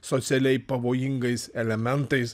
socialiai pavojingais elementais